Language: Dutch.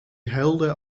huilde